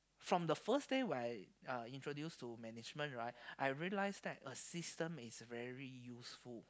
from the first day when I uh introduce to management right I realize that a system is very useful